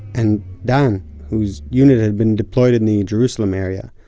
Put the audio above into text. and dan whose unit had been deployed in the jerusalem area,